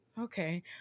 okay